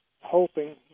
hoping